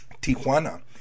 Tijuana